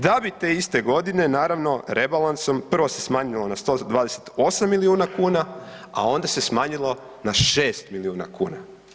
Da bi te iste godine naravno rebalansom prvo se smanjilo na 128 milijuna kuna, a onda se smanjilo na šest milijuna kuna.